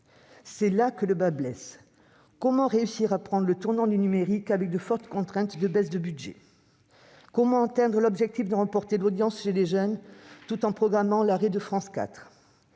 C'est là que le bât blesse. Comment réussir à prendre le tournant du numérique avec de fortes contraintes de baisse de budget ? Comment atteindre l'objectif de renforcer l'audience chez les jeunes tout en programmant l'arrêt de France 4 ?